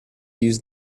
use